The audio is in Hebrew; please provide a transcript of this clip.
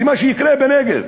למה שיקרה בנגב.